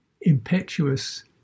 impetuous